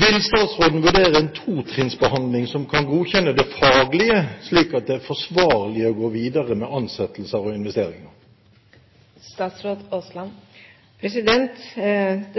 Vil statsråden vurdere en totrinnsbehandling som kan godkjenne det faglige slik at det er forsvarlig å gå videre med ansettelser og investeringer? Det